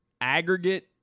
aggregate